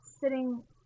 sitting